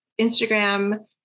instagram